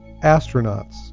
astronauts